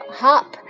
hop